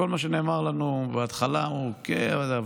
כל מה שנאמר לנו בהתחלה על הוויזות,